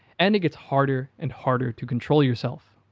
and it gets harder and harder to control yourself.